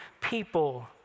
people